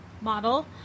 model